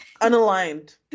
unaligned